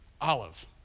olive